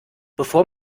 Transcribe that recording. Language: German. bevor